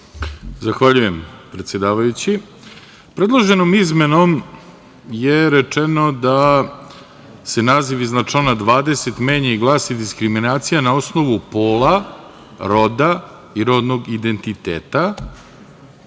Zahvaljujem predsedavajući. Predloženom izmenom je rečeno da se naziv iznad člana 20. menja i glasi – diskriminacija na osnovu pola, roda i rodnog identiteta